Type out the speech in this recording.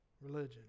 religion